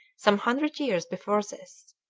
some hundred years before this.